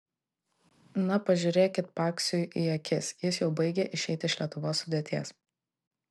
na pažiūrėkit paksiui į akis jis jau baigia išeiti iš lietuvos sudėties